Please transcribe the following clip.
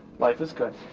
life is good.